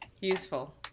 Useful